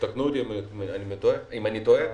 ותקנו אותי אם אני טועה,